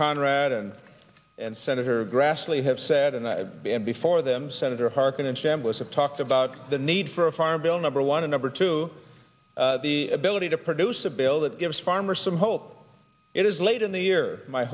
conrad and and senator grassley have said and i've been before them senator harkin and chambliss have talked about the need for a farm bill number one a number two the ability to produce a bill that gives farmers some hope it is late in the year my